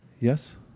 Yes